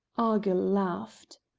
argyll laughed.